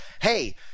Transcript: hey